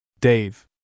Dave